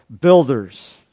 builders